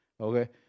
okay